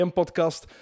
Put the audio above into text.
podcast